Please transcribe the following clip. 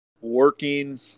working